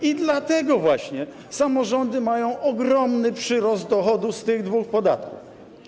I dlatego właśnie samorządy mają ogromny przyrost dochodu z tych dwóch podatków.